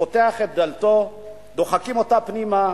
פותח את דלתו, דוחקים אותנו פנימה,